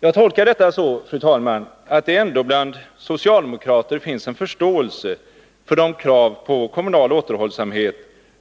Jag tolkar detta så, fru talman, att det ändå bland socialdemokrater finns en förståelse för de krav på kommunal återhållsamhet